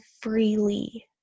freely